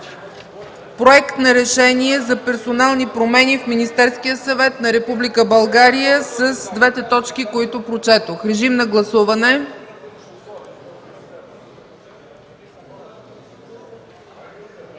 Проект на решение за персонални промени в Министерския съвет на Република България с двете точки, които прочетох. Гласували